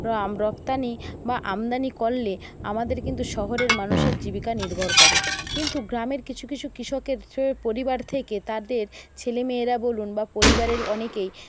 রপ্তানি বা আমদানি করলে আমাদের কিন্তু শহরের মানুষের জীবিকা নির্ভর করে কিন্তু গ্রামের কিছু কিছু কৃষকের পরিবার থেকে তাদের ছেলেমেয়েরা বলুন বা পরিবারের অনেকেই